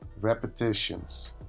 repetitions